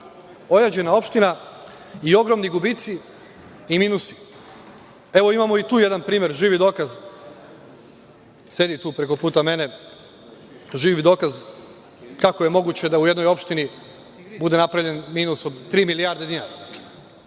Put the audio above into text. ojađena opština i ogromni gubici i minusi. Evo, imamo i tu jedan primer, živi dokaz sedi tu preko puta mene, živi dokaz kako je moguće da u jednoj opštini bude napravljen minus od tri milijarde dinara.